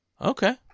Okay